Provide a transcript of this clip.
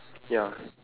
ya